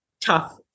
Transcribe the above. tough